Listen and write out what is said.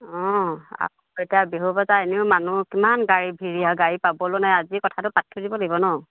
অঁ আকৌ এতিয়া বিহু বজাৰ এনেও মানুহ কিমান গাড়ী ভিৰ আৰু গাড়ী পাবলৈ নাই আজিয়ে কথাটো পাতি থৈ দিব লাগিব নহ্